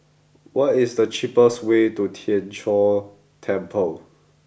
what is the cheapest way to Tien Chor Temple